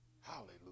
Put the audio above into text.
Hallelujah